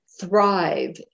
thrive